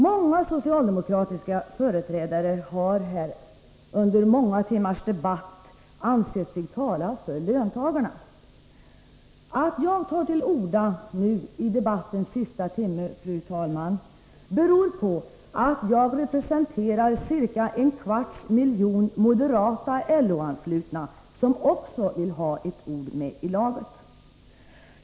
Många företrädare för socialdemokratin har här under många timmars debatt ansett sig tala för löntagarna. Att jag tar till orda nu, i debattens sista timme, fru talman, beror på att jag representerar ca en kvarts miljon moderata LO-anslutna, som också vill ha ett ord med i laget.